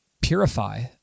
purify